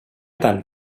tant